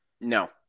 No